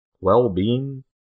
Well-being